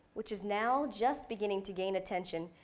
which is, now just beginning to gain attention,